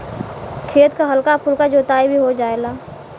खेत क हल्का फुल्का जोताई भी हो जायेला